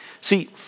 See